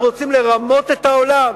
אנחנו רוצים לרמות את העולם?